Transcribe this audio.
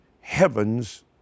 heaven's